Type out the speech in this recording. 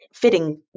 fitting